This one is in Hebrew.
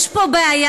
יש פה בעיה,